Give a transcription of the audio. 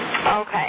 Okay